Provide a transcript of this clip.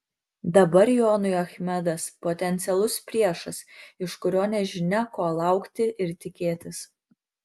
dabar jonui achmedas potencialus priešas iš kurio nežinia ko laukti ir tikėtis